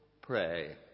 pray